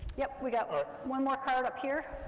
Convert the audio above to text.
yeah, we've got one more card up here.